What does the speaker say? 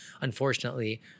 unfortunately